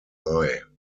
eye